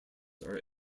are